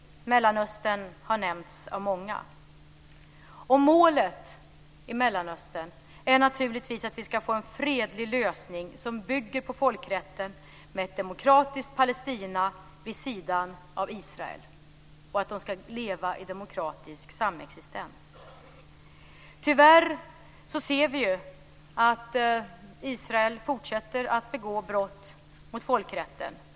Mellanöstern har nämnts av många. Målet i Mellanöstern är naturligtvis att vi ska få en fredlig lösning som bygger på folkrätten med ett demokratiskt Palestina vid sidan av Israel, och att de ska leva i demokratisk samexistens. Tyvärr ser vi ju att Israel fortsätter begå brott mot folkrätten.